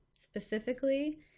specifically